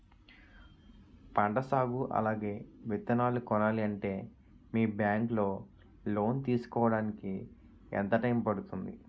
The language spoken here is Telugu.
పంట సాగు అలాగే విత్తనాలు కొనాలి అంటే మీ బ్యాంక్ లో లోన్ తీసుకోడానికి ఎంత టైం పడుతుంది?